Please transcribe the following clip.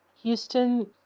Houston